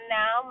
now